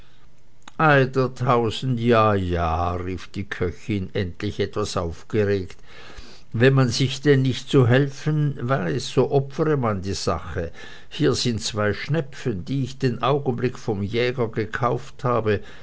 der tausend ja ja rief die köchin endlich etwas aufgeregt wenn man sich denn nicht zu helfen weiß so opfere man die sache hier sind zwei schnepfen die ich den augenblick vom jäger gekauft habe